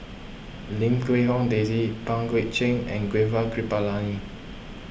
Lim Quee Hong Daisy Pang Guek Cheng and Gaurav Kripalani